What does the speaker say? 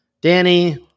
Danny